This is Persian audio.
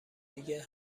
دیگه